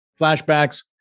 flashbacks